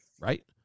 Right